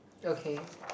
okay